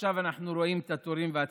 ועכשיו אנחנו רואים את התורים והצפיפות,